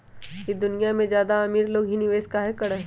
ई दुनिया में ज्यादा अमीर लोग ही निवेस काहे करई?